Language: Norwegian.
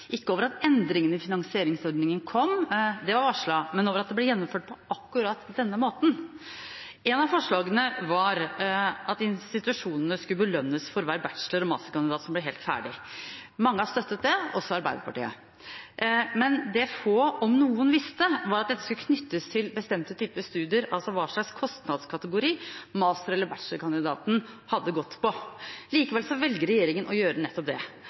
ikke over at endringene i finansieringsordningen kom, det var varslet, men over at det ble gjennomført på akkurat denne måten. Et av forslagene var at institusjonene skulle belønnes for hver bachelor- og masterkandidat som ble helt ferdig. Mange har støttet det, også Arbeiderpartiet. Men det få – om noen – visste, var at dette skulle knyttes til bestemte typer studier, altså hva slags kostnadskategori master- eller bachelorkandidaten hadde gått på. Likevel velger regjeringen å gjøre nettopp det.